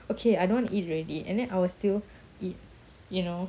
okay I don't want eat already and then I will still eat you know